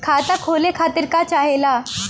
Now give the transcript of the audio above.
खाता खोले खातीर का चाहे ला?